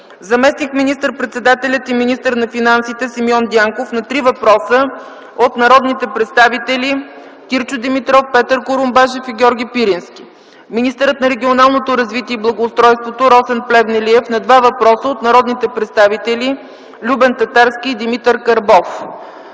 заместник министър-председателят и министър на финансите Симеон Дянков на три въпроса от народните представители Кирчо Димитров, Петър Курумбашев и Георги Пирински; - министърът на регионалното развитие и благоустройството Росен Плевнелиев на два въпроса от народните представители Любен Татарски и Димитър Карбов;